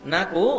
Naku